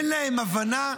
אין להם הבנה,